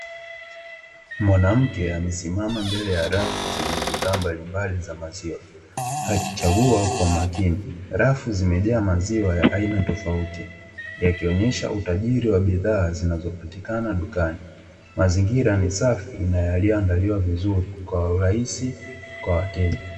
Mwanamke amesimama mbele ya rafu zenye bidhaa mbalimbali za maziwa akichagua kwa umakini, rafu zimejaa maziwa ya aina tofauti yakionyesha utajiri wa bidhaa zinazopatikana dukani. Mazingira ni safi na yaliyoandaliwa vizuri kwa urahisi kwa wateja.